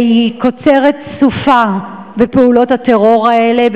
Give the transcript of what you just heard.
והיא קוצרת סופה בפעולות הטרור האלה,